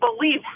believe